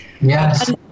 Yes